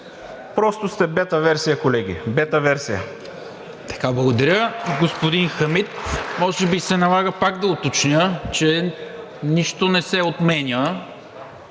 Просто сте бета версия, колеги. Бета версия!